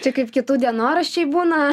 čia kaip kitų dienoraščiai būna